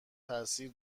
تاثیری